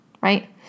right